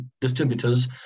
distributors